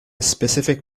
specific